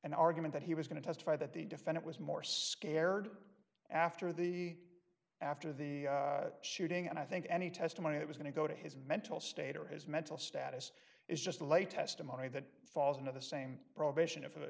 an argument that he was going to testify that the defendant was more scared after the after the shooting and i think any testimony that is going to go to his mental state or his mental status is just lay testimony that falls into the same probation if an